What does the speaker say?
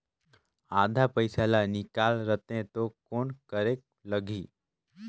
आधा पइसा ला निकाल रतें तो कौन करेके लगही?